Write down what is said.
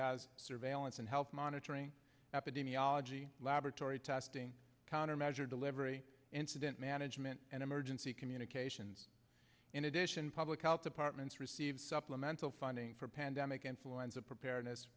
as surveillance and health monitoring epidemiology laboratory testing countermeasure delivery incident management and emergency communications in addition public health departments receive supplemental funding for pandemic influenza preparedness